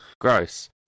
Gross